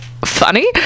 funny